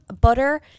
butter